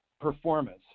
performance